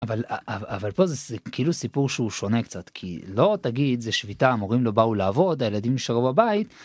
אבל אבל פה זה כאילו סיפור שהוא שונה קצת כי לא תגיד זה שביתה המורים לא באו לעבוד הילדים שלו בבית.